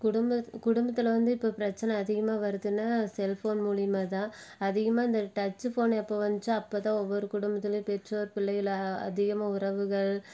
குடும்பம் குடும்பத்தில் வந்து இப்போ பிரச்சனை அதிகமாக வருதுன்னா செல்ஃபோன் மூலியமாக தான் அதிகமாக இந்த டச்சு ஃபோன் எப்போ வந்துச்சோ அப்போ தான் ஒவ்வொரு குடும்பத்துலேயும் பெற்றோர் பிள்ளைகளை அதிகமாக உறவுகள்